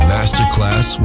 Masterclass